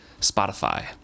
Spotify